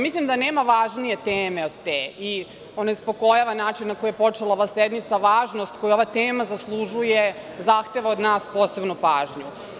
Mislim da nema važnije teme od te i onespokojava način na koji je počela ova sednica, važnost koju ova tema zaslužuje, zahteva od nas posebnu pažnju.